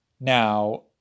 Now